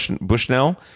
Bushnell